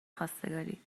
خواستگاری